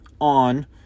on